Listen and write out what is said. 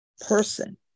person